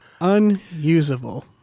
Unusable